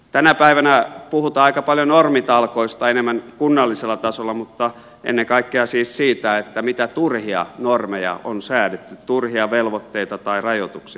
tänä päivänä puhutaan aika paljon normitalkoista enemmän kunnallisella tasolla mutta ennen kaikkea siis siitä mitä turhia normeja on säädetty turhia velvoitteita tai rajoituksia